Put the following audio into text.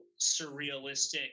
surrealistic